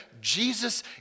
Jesus